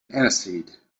aniseed